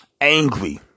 angry